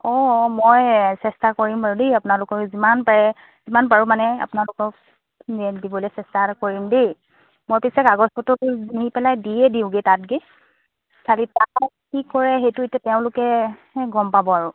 অঁ মই চেষ্টা কৰিম বাৰু দেই আপোনালোকৰ যিমান পাৰে যিমান পাৰোঁ মানে আপোনালোকক দিবলৈ চেষ্টাটো কৰিম দেই মই পিছে কাগজপত্ৰবোৰ নি পেলাই দিয়ে দিওঁগৈ তাত গৈ খালি তাত কি কৰে সেইটো এতিয়া তেওঁলোকে হে গম পাব আৰু